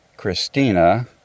Christina